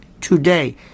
today